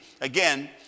again